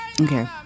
Okay